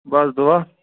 بَس دُعا